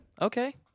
Okay